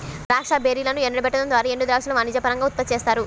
ద్రాక్ష బెర్రీలను ఎండబెట్టడం ద్వారా ఎండుద్రాక్షను వాణిజ్యపరంగా ఉత్పత్తి చేస్తారు